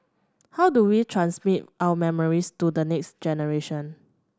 how do we transmit our memories to the next generation